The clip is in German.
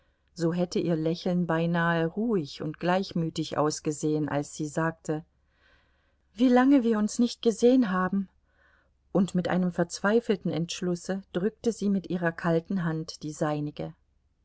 so hätte ihr lächeln beinahe ruhig und gleichmütig ausgesehen als sie sagte wie lange wir uns nicht gesehen haben und mit einem verzweifelten entschlusse drückte sie mit ihrer kalten hand die seinige